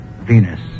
Venus